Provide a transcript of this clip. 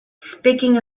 speaking